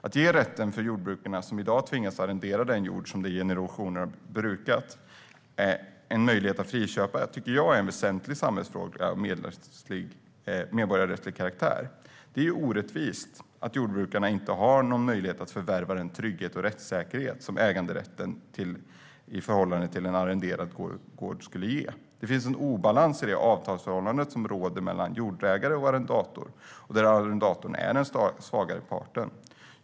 Att ge rätten att friköpa till jordbrukarna, som i dag tvingas arrendera den jord som de i generationer har brukat, tycker jag är en väsentlig samhällsfråga av medborgarrättslig karaktär. Det är orättvist att jordbrukarna inte har någon möjlighet att förvärva den trygghet och rättssäkerhet som äganderätten till den arrenderade gården skulle ge. Det finns en obalans i det avtalsförhållande som råder mellan jordägare och arrendator, där arrendatorn är den svagare parten.